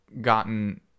gotten